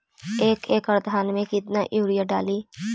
एक एकड़ धान मे कतना यूरिया डाली?